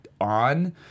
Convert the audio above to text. on